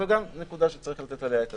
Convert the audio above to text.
זאת גם נקודה שצריך לתת עליה את הדעת.